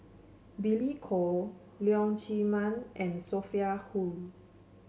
Billy Koh Leong Chee Mun and Sophia Hull